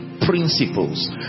Principles